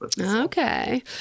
okay